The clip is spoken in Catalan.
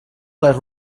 les